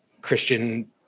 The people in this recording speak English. christian